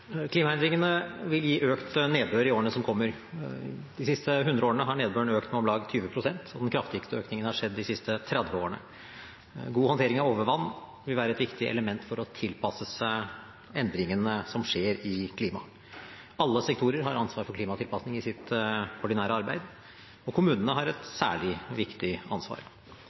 Klimaendringene vil gi økt nedbør i årene som kommer. De siste 100 årene har nedbøren økt med om lag 20 prosent, og den kraftigste økningen har funnet sted de siste 30 årene. God håndtering av overvann vil være et viktig element for å tilpasse seg endringene som skjer i klimaet. Alle sektorer har ansvar for klimatilpasning i sitt ordinære arbeid, og kommunene har et særlig viktig ansvar.